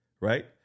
Right